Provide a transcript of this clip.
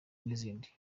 n’izindi